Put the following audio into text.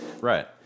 Right